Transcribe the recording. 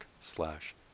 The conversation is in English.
slash